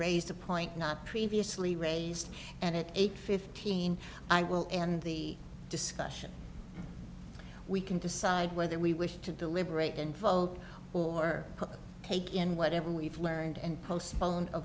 raise the point not previously raised and it eight fifteen i will end the discussion we can decide whether we wish to deliberate involved or take in whatever we've learned and postpone